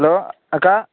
hello அக்கா